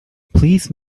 please